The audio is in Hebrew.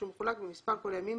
כשהוא מחולק במספר כל הימים